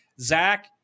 Zach